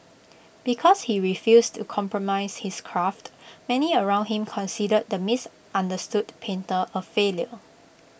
because he refused to compromise his craft many around him considered the misunderstood painter A failure